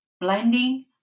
blending